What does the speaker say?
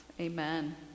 amen